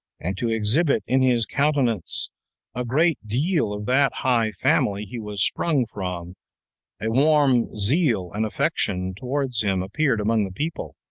and to exhibit in his countenance a great deal of that high family he was sprung from a warm zeal and affection towards him appeared among the people,